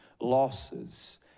losses